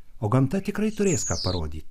o gamta ikrai turės ką parodyti